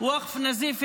לעצור את